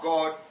God